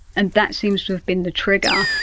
and that seems to have been the trigger.